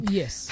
yes